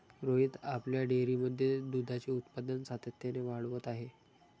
रोहित आपल्या डेअरीमध्ये दुधाचे उत्पादन सातत्याने वाढवत आहे